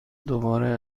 دوباره